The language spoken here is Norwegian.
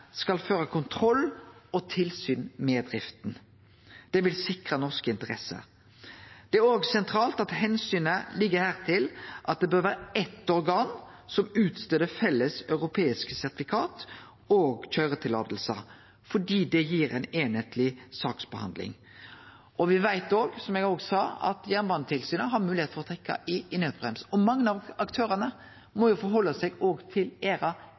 skal føre kontroll og tilsyn med drifta. Det vil sikre norske interesser. Det er òg sentralt at omsynet her ligg i at det bør vere eitt organ som skriv ut felles europeiske sertifikat og køyreløyve, fordi det gir ei einskapleg saksbehandling. Me veit òg, som eg òg sa, at Jernbanetilsynet har moglegheit for å trekkje i naudbremsen. Mange av aktørane må òg rette seg etter ERA